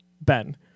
Ben